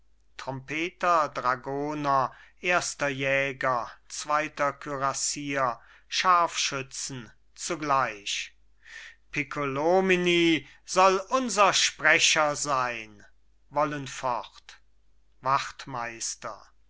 trompeter dragoner erster jäger zweiter kürassier scharfschützen zugleich piccolomini soll unser sprecher sein wollen fort